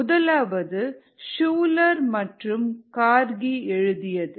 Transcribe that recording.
முதலாவது சூலர் மற்றும் கார்கி எழுதியது